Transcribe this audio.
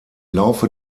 laufe